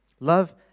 Love